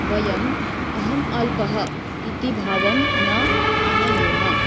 वयम् अहम् अल्पः इति भावं न आनयेम